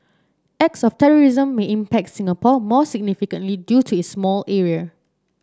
acts of terrorism may impact Singapore more significantly due to its small area